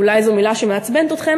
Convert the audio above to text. אולי זו מילה שמעצבנת אתכם.